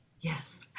Yes